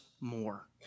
more